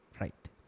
right